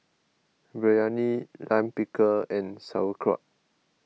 Biryani Lime Pickle and Sauerkraut